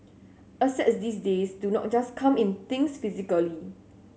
assets these days do not just come in things physically